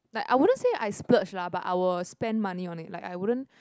like I wouldn't say I splurge lah but I will spend money on it like I wouldn't